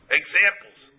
examples